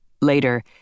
Later